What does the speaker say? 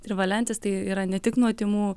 trivalentis tai yra ne tik nuo tymų